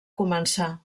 començar